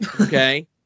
Okay